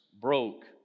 broke